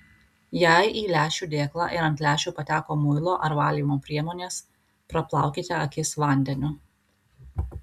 jei į lęšių dėklą ir ant lęšių pateko muilo ar valymo priemonės praplaukite akis vandeniu